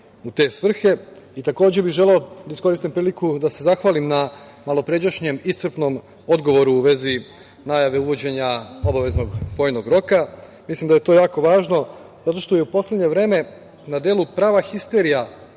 u te svrhe. Takođe bih želeo da iskoristim priliku da se zahvalim na malopređašnjem iscrpnom odgovoru u vezi najave uvođenja obaveznog vojnog roka. Mislim da je to jako važno, zato što je u poslednje vreme na delu prava histerija